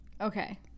Okay